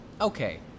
Okay